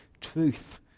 truth